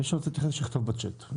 מי שרוצה להתייחס שיכתוב בצ'ט.